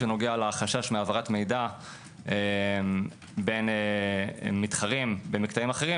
שנוגע לחשש מהעברת מידע בין מתחרים במקטעים אחרים,